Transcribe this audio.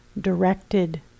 directed